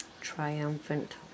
triumphant